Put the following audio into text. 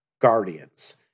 guardians